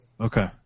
Okay